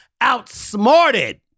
Outsmarted